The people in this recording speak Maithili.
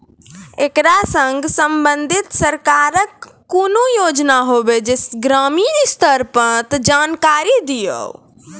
ऐकरा सऽ संबंधित सरकारक कूनू योजना होवे जे ग्रामीण स्तर पर ये तऽ जानकारी दियो?